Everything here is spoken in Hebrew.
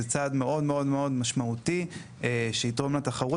זה צעד מאוד מאוד משמעותי שיתרום לתחרות